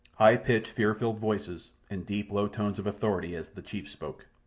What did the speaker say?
high-pitched, fear-filled voices, and deep, low tones of authority, as the chief spoke.